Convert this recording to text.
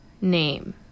name